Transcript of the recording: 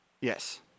yes